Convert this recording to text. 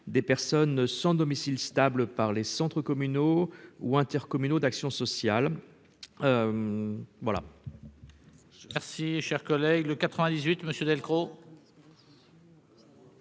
des personnes sans domicile stable par les centres communaux ou intercommunaux d'action sociale